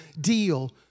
deal